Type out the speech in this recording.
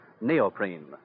neoprene